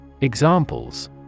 Examples